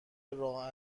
راه